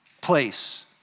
place